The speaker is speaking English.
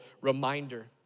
reminder